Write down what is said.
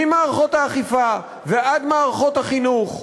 ממערכות האכיפה ועד מערכות החינוך.